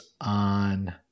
on